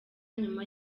nyuma